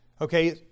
Okay